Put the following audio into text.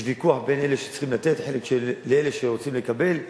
יש ויכוח בין אלה שצריכים לתת חלק לאלה שרוצים לקבל.